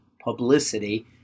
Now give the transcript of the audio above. publicity